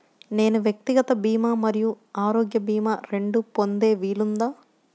నేను వ్యక్తిగత భీమా మరియు ఆరోగ్య భీమా రెండు పొందే వీలుందా?